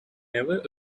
never